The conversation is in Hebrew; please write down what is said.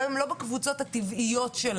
גם אם הם לא בקבוצות הטבעיות שלהם.